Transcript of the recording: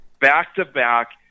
Back-to-back